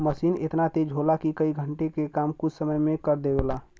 मसीन एतना तेज होला कि कई घण्टे के काम कुछ समय मे कर देवला